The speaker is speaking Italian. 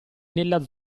nella